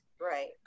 Right